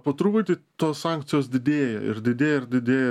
po truputį tos sankcijos didėja ir didėja ir didėja